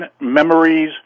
memories